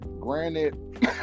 Granted